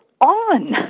On